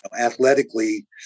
athletically